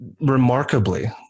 remarkably